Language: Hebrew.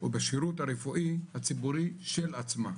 או בשירות הרפואי הציבורי של עצמה.